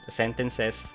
sentences